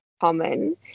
common